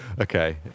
okay